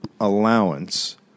allowance